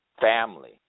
family